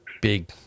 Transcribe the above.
big